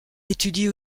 étudie